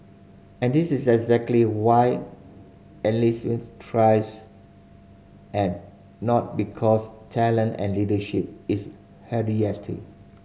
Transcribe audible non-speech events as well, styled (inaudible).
and this is exactly why (unintelligible) thrives and not because talent and leadership is (unintelligible)